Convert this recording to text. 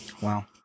Wow